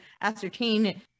ascertain